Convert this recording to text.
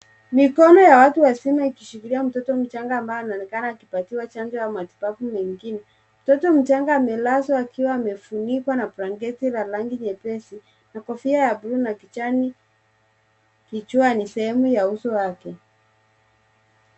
Mikono ya watu wazima ikishikilia mtoto mchanga ambaye anaonekana akipatiwa chanjo au matibabu mengine. Mtoto mchanga amelazwa akiwa amefunikwa na blanketi la rangi nyepesi na kofia ya buluu na kijani kichwani ,sehemu ya uso wake.